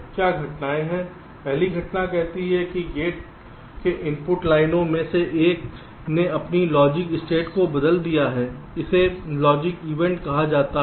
क्या घटनाएं हैं पहली घटना कहती है कि गेट की इनपुट लाइनों में से एक ने अपनी लॉजिक स्टेट को बदल दिया है इसे लॉजिक इवेंट कहा जाता है